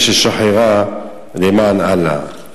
יש לשחררה למען אללה.